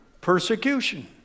persecution